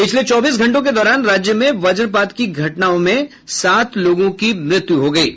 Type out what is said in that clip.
पिछले चोबीस घंटों के दौरान राज्य में वज्रपात की घटनाओं में सात लोगों की मृत्यु हुई है